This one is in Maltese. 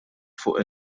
fuq